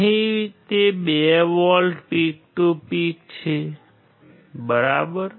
અહીં તે 2 volt peak to peak છે બરાબર